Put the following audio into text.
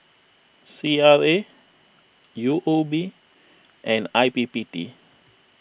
C R A U O B and I P P T